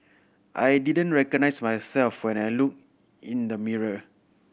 I didn't recognise myself when I looked in the mirror